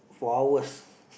for hours